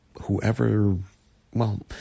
whoever—well